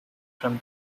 from